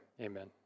Amen